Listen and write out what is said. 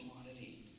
commodity